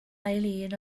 eileen